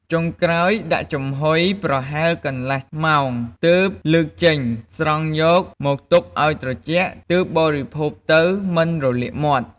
ចុងក្រោយដាក់ចំហុយ ប្រហែលកន្លះម៉ោង ទើបលើកចេញ ស្រង់យកមកទុកឱ្យត្រជាក់ ទើបបរិភោគទៅមិនរលាកមាត់។